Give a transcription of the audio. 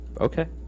Okay